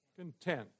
Content